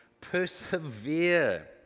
persevere